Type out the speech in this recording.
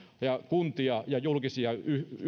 ja kuntia ja julkisia